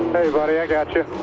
hey buddy i got you.